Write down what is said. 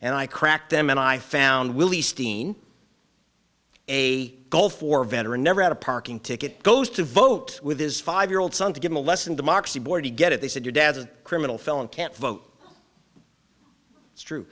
i cracked them and i found willy steen a gulf war veteran never had a parking ticket goes to vote with his five year old son to give him a lesson democracy board to get it they said your dad's a criminal felon can't vote it's true